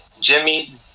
Jimmy